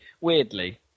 weirdly